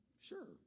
Sure